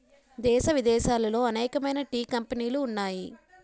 దేశ విదేశాలలో అనేకమైన టీ కంపెనీలు ఉన్నాయి